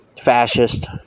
fascist